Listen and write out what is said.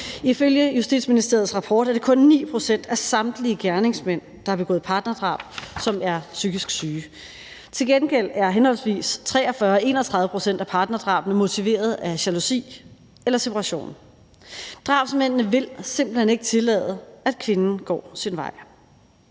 Ifølge Justitsministeriets rapport er det kun 9 pct. af samtlige gerningsmænd, der har begået partnerdrab, som er psykisk syge. Til gengæld er henholdsvis 43 og 31 pct. af partnerdrabene motiveret af jalousi eller separation. Drabsmændene vil simpelt hen ikke tillade, at kvinden går sin vej.